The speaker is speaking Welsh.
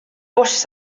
bws